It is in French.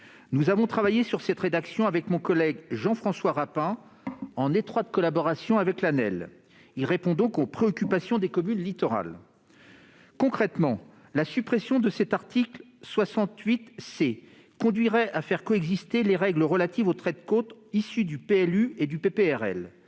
Nous avons travaillé sur cette rédaction avec mon collègue Jean-François Rapin, en étroite collaboration avec l'ANEL. Cet article répond donc aux préoccupations des communes littorales. Concrètement, la suppression de cet article 58 C conduirait à faire coexister les règles relatives au trait de côte issues du PLU et celles